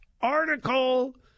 article